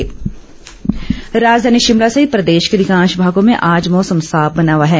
मौसम राजधानी शिमला सहित प्रदेश के अधिकांश भागों में आज मौसम साफ बना हुआ है